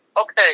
okay